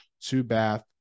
two-bath